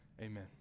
Amen